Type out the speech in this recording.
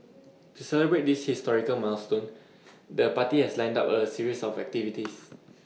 to celebrate this historical milestone the party has lined up A series of activities